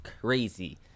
crazy